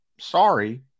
sorry